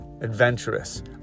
adventurous